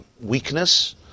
weakness